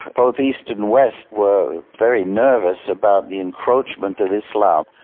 both east and west, were very nervous about the encroachment of islam,